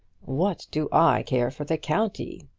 what do i care for the county?